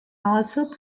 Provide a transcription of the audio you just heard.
also